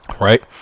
Right